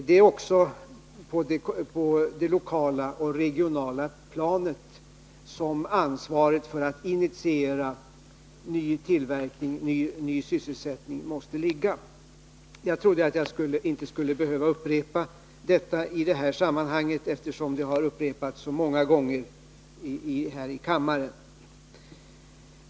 Det är också på det lokala och regionala planet som ansvaret för att initiera ny tillverkning och ny sysselsättning måste ligga. Jag trodde att jag inte skulle behöva upprepa detta i det här sammanhanget, eftersom det har upprepats så många gånger här i kammaren.